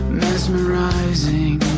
mesmerizing